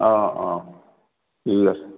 অ' অ' ঠিক আছে